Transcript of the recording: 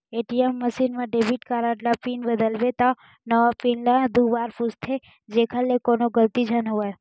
ATM machine म debit card म PIN बदलबे त नवा पिन ल दू बार पूछथे जेखर ले कोनो गलती झन होवय